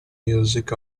music